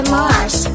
mars